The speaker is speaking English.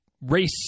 race